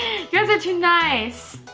guys are too nice.